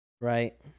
right